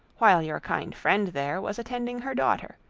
while your kind friend there, was attending her daughter.